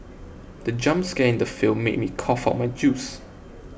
the jump scare in the film made me cough out my juice